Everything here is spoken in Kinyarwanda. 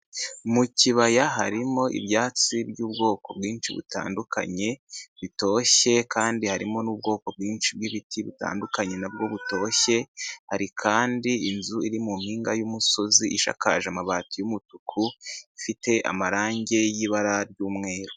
Mu kibaya harimo ibyatsi by'ubwoko bwinshi butandukanye, bitoshye kandi harimo n'ubwoko bwinshi bw'ibiti butandukanye na bwo butoshye, hari kandi inzu iri mu mpinga y'umusozi ishakakaje amabati y'umutuku, ifite amarangi y'ibara ry'umweru.